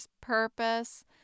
purpose